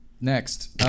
Next